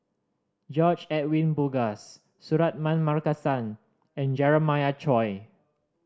George Edwin Bogaars Suratman Markasan and Jeremiah Choy